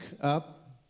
up